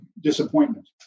disappointment